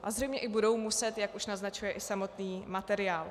A zřejmě i budou muset, jak už naznačuje i samotný materiál.